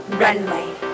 runway